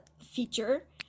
feature